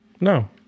No